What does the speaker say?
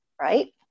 Right